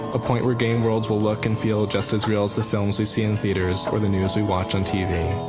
a point where game worlds will look and feel just as real as the films we see in theatres, or the news we watch on tv.